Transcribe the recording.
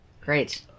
Great